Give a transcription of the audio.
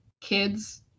kids